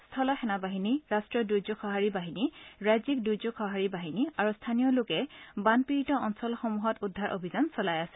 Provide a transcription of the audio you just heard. স্থল সেনাবাহিনী ৰাষ্টীয় দুৰ্যোগ সহাৰি বাহিনী ৰাজ্যিক দুৰ্যোগ সহাৰি বাহিনী আৰু স্থানীয় লোকে বানপীড়িত অঞ্চলসমূহত উদ্ধাৰ অভিযান চলাই আছে